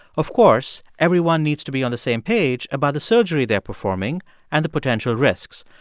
of course, everyone needs to be on the same page about the surgery they're performing and the potential risks.